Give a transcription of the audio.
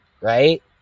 right